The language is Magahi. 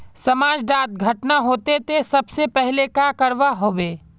समाज डात घटना होते ते सबसे पहले का करवा होबे?